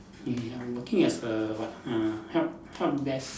ya working as a what uh help help desk